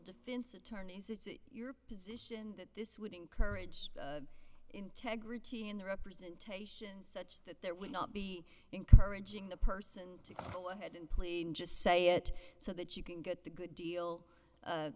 defense attorney is it your position that this would encourage integrity in the representation such that there would not be encouraging the person to go ahead and clean just say it so that you can get the good deal